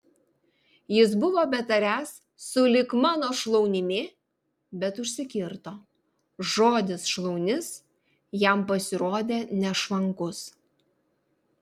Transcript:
jis buvo betariąs sulig mano šlaunimi bet užsikirto žodis šlaunis jam pasirodė nešvankus